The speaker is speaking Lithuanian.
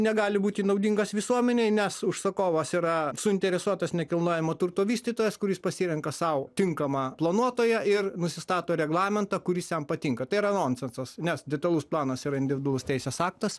negali būti naudingas visuomenei nes užsakovas yra suinteresuotas nekilnojamo turto vystytojas kuris pasirenka sau tinkamą planuotoją ir nusistato reglamentą kuris jam patinka tai yra nonsensas nes detalus planas yra individualus teisės aktas